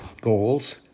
goals